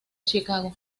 chicago